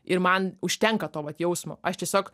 ir man užtenka to jausmo aš tiesiog